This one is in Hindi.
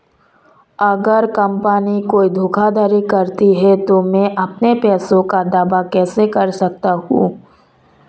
अगर कंपनी कोई धोखाधड़ी करती है तो मैं अपने पैसे का दावा कैसे कर सकता हूं?